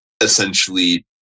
essentially